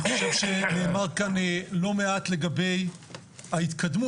אני חושב שנאמר כאן לא מעט לגבי ההתקדמות